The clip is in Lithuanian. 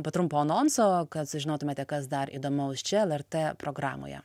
po trumpo anonso kad sužinotumėte kas dar įdomaus čia lrt programoje